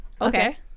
Okay